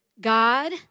God